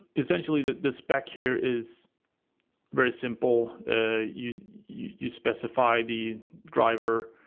essentially the the spec here is very simple, ah you you specify the driver